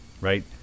Right